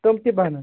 تِم تہِ بَنن